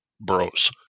bros